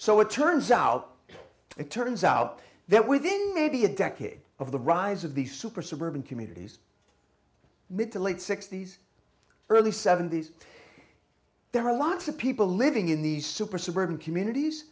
so it turns out it turns out that within maybe a decade of the rise of these super suburban communities mid to late sixty's early seventy's there are lots of people living in these super suburban communities